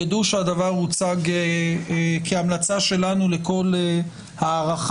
ידעו שהדבר הוצג כהמלצה שלנו לכל הארכה.